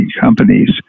companies